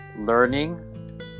Learning